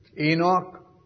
Enoch